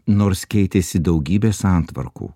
nors keitėsi daugybė santvarkų